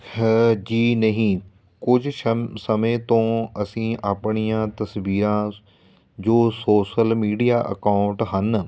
ਹਾ ਜੀ ਨਹੀਂ ਕੁਝ ਸਮ ਸਮੇਂ ਤੋਂ ਅਸੀਂ ਆਪਣੀਆਂ ਤਸਵੀਰਾਂ ਜੋ ਸੋਸ਼ਲ ਮੀਡੀਆ ਅਕਾਊਂਟ ਹਨ